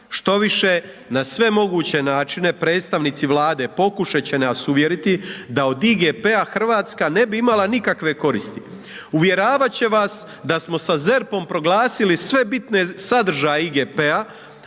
Štoviše na sve moguće načine predstavnici Vlade pokušat će nas uvjeriti da od IGP-a Hrvatska ne bi imala nikakve koristi. Uvjeravat će vas da smo sa ZERP-om proglasili sve bitne sadržaja IGP-a,